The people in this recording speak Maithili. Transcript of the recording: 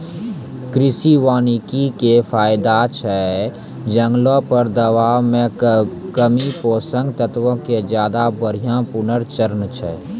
कृषि वानिकी के फायदा छै जंगलो पर दबाब मे कमी, पोषक तत्वो के ज्यादा बढ़िया पुनर्चक्रण